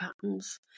patterns